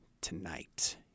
tonight